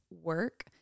work